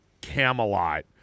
Camelot